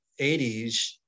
80s